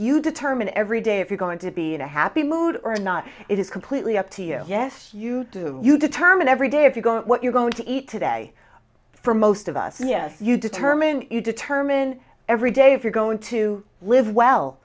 you determine every day if you're going to be in a happy mood or not it is completely up to you yes you do you determine every day if you go what you're going to eat today for most of us yes you determine you determine every day if you're going to live well